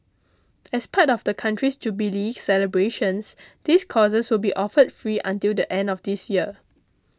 as part of the country's jubilee celebrations these courses will be offered free until the end of this year